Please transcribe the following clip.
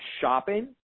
shopping